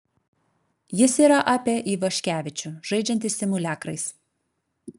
jis yra apie ivaškevičių žaidžiantį simuliakrais